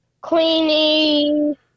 Queenie